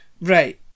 Right